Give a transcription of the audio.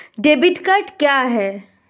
Debit card क्या है?